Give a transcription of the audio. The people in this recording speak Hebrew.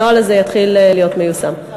הנוהל הזה יתחיל להיות מיושם.